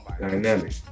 dynamic